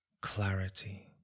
clarity